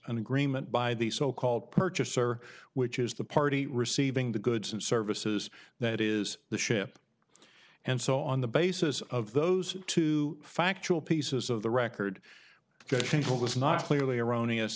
an agreement by the so called purchaser which is the party receiving the goods and services that is the ship and so on the basis of those two factual pieces of the record will is not clearly erroneous